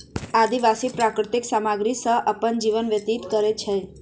आदिवासी प्राकृतिक सामग्री सॅ अपन जीवन व्यतीत करैत अछि